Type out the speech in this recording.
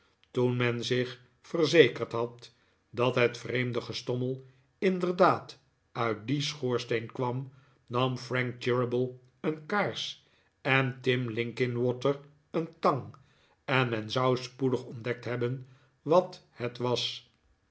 toen men zich verzekerd had dat het vreemde gestommel inderdaad uit dien schoorsteen kwam nam frank cheeryble een kaars en tim linkinwater een tang en men zou spoedig ontdekt hebben wat het was